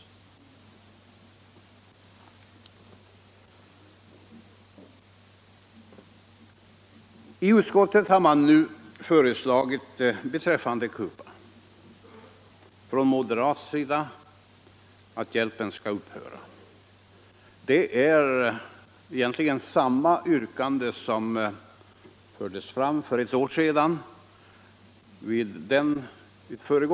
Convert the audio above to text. Moderaterna i utskottet har som sagt föreslagit att hjälpen till Cuba skalt upphöra. Det är samma yrkande som fördes fram vid förra årets u-hjälpsdebatt.